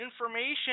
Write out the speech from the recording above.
information